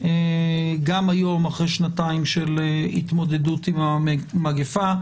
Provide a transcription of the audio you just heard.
גם היום, אחרי שנתיים של התמודדות עם המגפה.